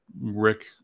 Rick